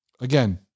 Again